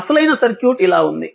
అసలైన సర్క్యూట్ ఇలా ఉంది